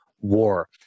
War